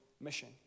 mission